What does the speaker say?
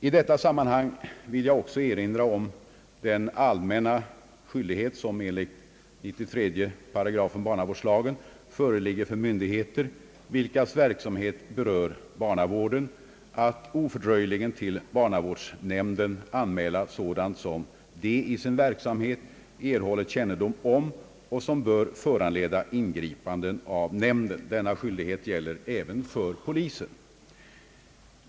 I detta sammanhang vill jag också erinra om den allmänna skyldighet som enligt 93 § barnavårdslagen föreligger för myndigheter, vilkas verksamhet berör barnavården, att ofördröjligen till barnavårdsnämnden anmäla sådant som de i sin verksamhet erhåller kännedom om och som bör föranleda ingripande av nämnden. Denna skyldighet gäller även för polisen.